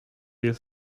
jest